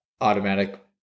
automatic